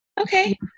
Okay